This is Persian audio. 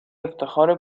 افتخار